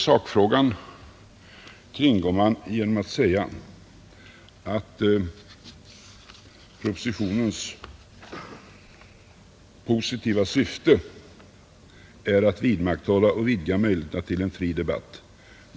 Sakfrågan kringgår man genom att säga, att propositionens positiva syfte är ”att vidmakthålla och vidga möjligheterna till en fri debatt.